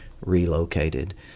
relocated